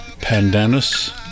Pandanus